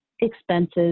expenses